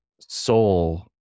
soul